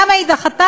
למה היא דחתה?